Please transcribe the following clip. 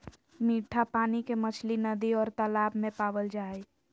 मिट्ठा पानी के मछली नदि और तालाब में पावल जा हइ